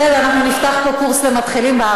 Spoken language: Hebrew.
בסדר, אנחנו נפתח פה קורס בערבית למתחילים.